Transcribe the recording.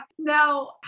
Now